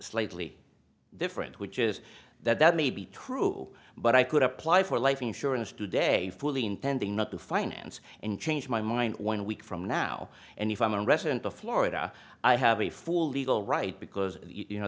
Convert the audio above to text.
slightly different which is that that may be true but i could apply for life insurance today fully intending not to finance and change my mind one week from now and if i'm a resident of florida i have a full legal right because you know